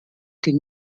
den